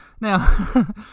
Now